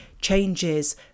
changes